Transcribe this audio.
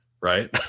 right